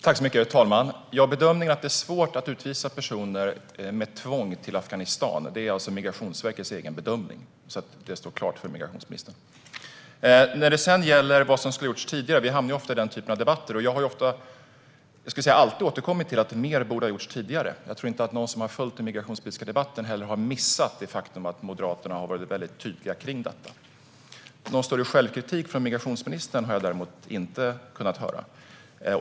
Herr talman! Det är Migrationsverket som har gjort bedömningen att det är svårt att utvisa personer med tvång till Afghanistan. Jag säger det för att det ska stå klart för migrationsministern. När det gäller vad som skulle ha gjorts tidigare - vi hamnar ofta i den typen av debatter - återkommer jag alltid till att mer borde ha gjorts tidigare. Jag tror inte heller att någon som har följt den migrationspolitiska debatten har missat det faktum att Moderaterna har varit mycket tydliga med detta. Någon större självkritik från migrationsministern har jag däremot inte kunnat höra.